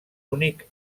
únic